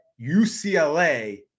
UCLA